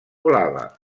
blava